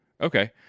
Okay